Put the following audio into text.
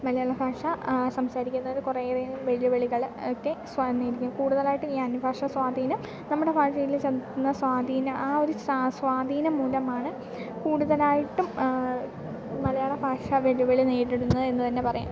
മലയാള ഭാഷ സംസാരിക്കുന്നത് കുറേയധികം വെല്ലുവിളികൾ ഒക്കെ സ്വാ നേരിക്കും കൂടുതലായിട്ടും ഈ അന്യ ഭാഷ സ്വാധീനം നമ്മുടെ ഭാഷയിൽ ചെലുത്തുന്ന സ്വാധീനം ആ ഒരു സ്വാധീനം മൂലമാണ് കൂടുതലായിട്ടും മലയാള ഭാഷ വെല്ലുവിളി നേരിടുന്നത് എന്നു തന്നെ പറയാം